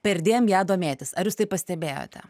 perdėm ja domėtis ar jūs tai pastebėjote